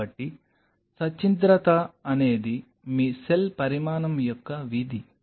కాబట్టి సచ్ఛిద్రత అనేది మీ సెల్ పరిమాణం యొక్క విధి